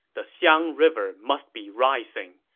the jiang river must be rising.